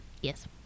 Yes